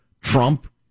Trump